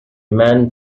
man